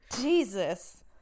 Jesus